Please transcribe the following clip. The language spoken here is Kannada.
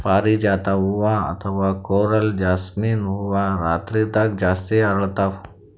ಪಾರಿಜಾತ ಹೂವಾ ಅಥವಾ ಕೊರಲ್ ಜಾಸ್ಮಿನ್ ಹೂವಾ ರಾತ್ರಿದಾಗ್ ಜಾಸ್ತಿ ಅರಳ್ತಾವ